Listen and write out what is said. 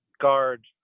guard